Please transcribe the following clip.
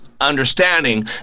Understanding